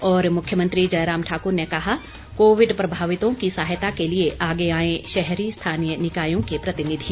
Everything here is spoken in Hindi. और मुख्यमंत्री जयराम ठाक्र ने कहा कोविड प्रभावितों की सहायता के लिए आगे आएं शहरी स्थानीय निकायों के प्रतिनिधि